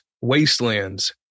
wastelands